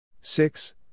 six